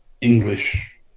English